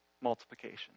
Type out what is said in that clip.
multiplication